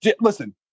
listen